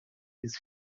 his